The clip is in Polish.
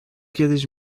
kiedyś